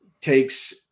takes